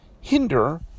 hinder